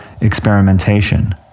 experimentation